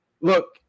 look